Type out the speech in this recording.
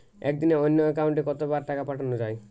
একদিনে অন্য একাউন্টে কত বার টাকা পাঠানো য়ায়?